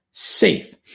safe